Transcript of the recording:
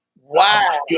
Wow